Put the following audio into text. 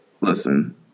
listen